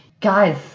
Guys